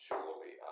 Surely